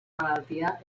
malaltia